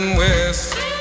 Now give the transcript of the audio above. west